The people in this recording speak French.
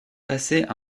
passé